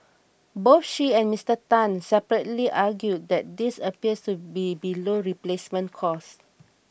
both she and Mister Tan separately argued that this appears to be below replacement cost